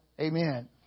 Amen